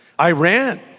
Iran